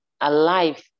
Alive